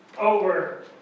over